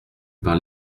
par